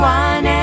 one